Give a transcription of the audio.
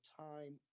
time